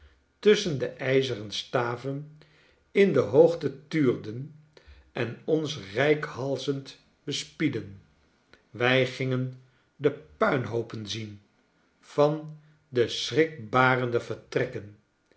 tusschen de ijzeren staven in de hoogte tuurden en ons reikhalzend bespiedden wij gingen de puinhoopen zien van de schrikbaren de vertrekken